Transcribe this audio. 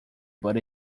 but